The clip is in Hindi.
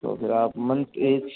तो फिर आप मन कैश